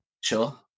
Sure